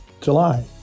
July